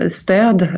stöd